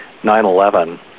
9-11